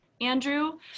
Andrew